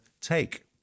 take